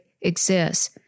exists